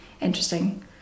interesting